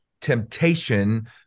temptation